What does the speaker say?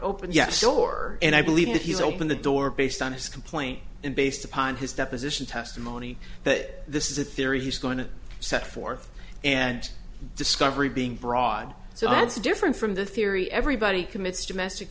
opened yes sure and i believe that he's open the door based on his complaint and based upon his deposition testimony that this is a theory he's going to set forth and discovery being broad so that's different from the theory everybody commits domestic